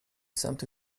سمت